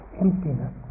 emptiness